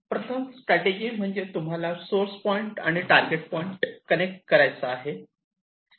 प्रथम स्ट्रॅटजी म्हणजे तुम्हाला सोर्स पॉईंट S आणि टारगेट पॉईंट T कनेक्ट करायचा आहे